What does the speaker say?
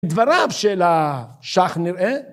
דבריו של השך נראה.